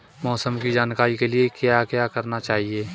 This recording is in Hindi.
मौसम की जानकारी के लिए क्या करना चाहिए?